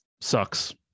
sucks